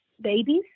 babies